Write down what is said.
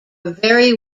very